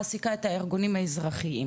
מעסיקה את הארגונים האזרחיים.